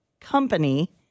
company